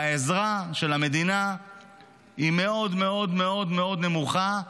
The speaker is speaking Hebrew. העזרה של המדינה היא מאוד מאוד מאוד נמוכה,